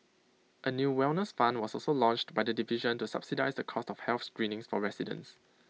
A new wellness fund was also launched by the division to subsidise the cost of health screenings for residents